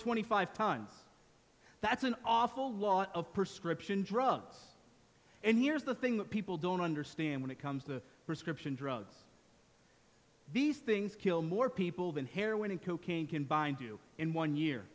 twenty five tons that's an awful lot of prescription drugs and here's the thing that people don't understand when it comes to prescription drugs these things kill more people than heroin and cocaine can bind you in one year